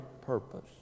purpose